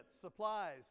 supplies